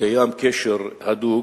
קיים קשר הדוק,